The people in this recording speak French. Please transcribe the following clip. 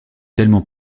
tellement